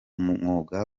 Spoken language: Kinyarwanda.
mwuga